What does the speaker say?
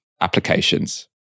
applications